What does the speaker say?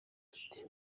tuti